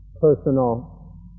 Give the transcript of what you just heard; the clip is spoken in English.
personal